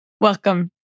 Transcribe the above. Welcome